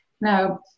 Now